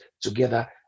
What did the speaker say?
together